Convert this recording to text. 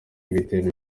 ibitero